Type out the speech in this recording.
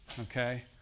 Okay